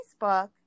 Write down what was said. Facebook